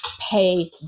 pay